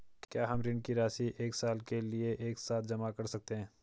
क्या हम ऋण की राशि एक साल के लिए एक साथ जमा कर सकते हैं?